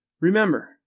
Remember